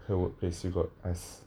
her workplace you got ask